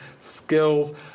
skills